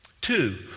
Two